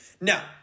Now